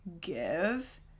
give